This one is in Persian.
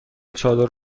چادر